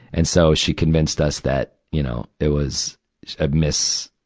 and so, she convinced us that, you know, it was a misdia,